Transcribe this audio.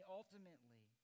ultimately